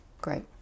great